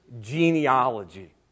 genealogy